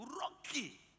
Rocky